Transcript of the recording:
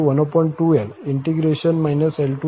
તેથી c012l∫ ll fdx